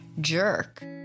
jerk